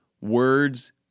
Words